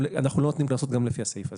אנחנו לא נותנים קנסות לפי הסעיף הזה.